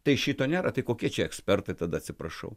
tai šito nėra tai kokie čia ekspertai tada atsiprašau